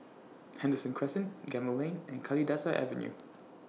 Henderson Crescent Gemmill Lane and Kalidasa Avenue